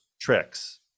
tricks